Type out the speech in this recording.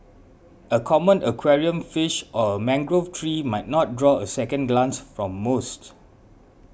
a common aquarium fish or a mangrove tree might not draw a second glance from most